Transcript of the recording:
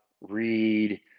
read